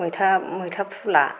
मैथा मैथा फुलआ